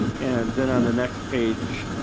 and then on the next page